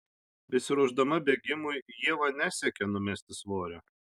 besiruošdama bėgimui ieva nesiekia numesti svorio